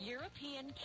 European